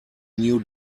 new